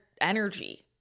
energy